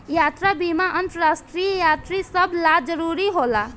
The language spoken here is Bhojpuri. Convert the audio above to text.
यात्रा बीमा अंतरराष्ट्रीय यात्री सभ ला जरुरी होला